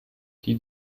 die